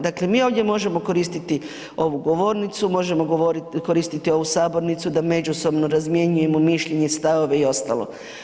Dakle, mi ovdje možemo koristiti ovu govornicu, možemo koristiti ovu sabornicu da međusobno razmjenjujemo mišljenje, stavove i ostalo.